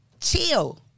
chill